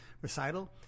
recital